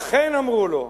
אכן אמרו לו: